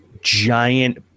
giant